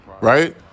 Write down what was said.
right